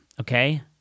okay –